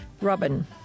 Robin